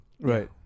Right